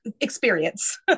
experience